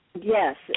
Yes